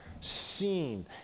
seen